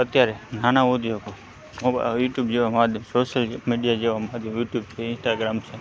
અત્યારે નાના ઉદ્યોગો મોબા યુટ્યુબ જેવા માધ્યમો સોશિઅલ મિડિયા જેવા માધ્યમો યુટ્યુબ છે ઇન્સ્ટાગ્રામ છે